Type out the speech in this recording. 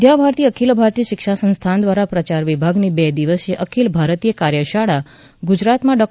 વિદ્યાભારતી અખિલ ભારતીય શિક્ષા સંસ્થાન દ્વારા પ્રચાર વિભાગની બે દિવસીય અખિલ ભારતીય કાર્યશાળા ગુજરાતમાં ડાં